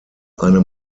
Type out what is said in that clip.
eine